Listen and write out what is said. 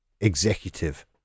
executive